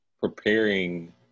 preparing